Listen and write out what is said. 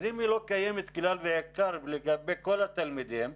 אז אם היא לא קיימת כלל ועיקר לגבי כל התלמידים,